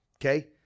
okay